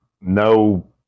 no